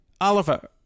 Oliver